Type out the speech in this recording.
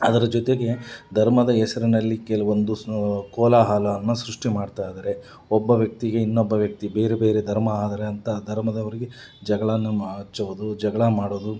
ಅದರ ಜೊತೆಗೆ ಧರ್ಮದ ಹೆಸರಿನಲ್ಲಿ ಕೆಲವೊಂದು ಕೋಲಾಹಲವನ್ನು ಸೃಷ್ಟಿ ಮಾಡ್ತಾ ಇದ್ದಾರೆ ಒಬ್ಬ ವ್ಯಕ್ತಿಗೆ ಇನ್ನೊಬ್ಬ ವ್ಯಕ್ತಿ ಬೇರೆ ಬೇರೆ ಧರ್ಮ ಆದರೆ ಅಂತ ಧರ್ಮದವರಿಗೆ ಜಗಳನ ಹಚ್ಚೋದು ಜಗಳ ಮಾಡೋದು